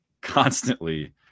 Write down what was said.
constantly